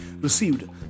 received